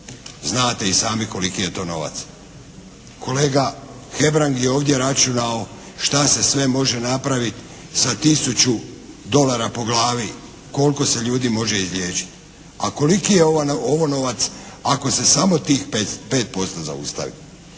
znate i sami koliki je to novac. Kolega Hebrang je ovdje računao šta se sve može napravit sa tisuću dolara po glavi, koliko se ljudi može izliječiti. A koliki je ovo novac ako se samo tih 5% zaustavi.